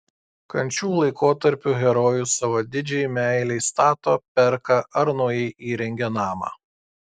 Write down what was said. kančių laikotarpiu herojus savo didžiajai meilei stato perka ar naujai įrengia namą